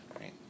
right